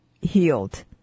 healed